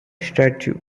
statue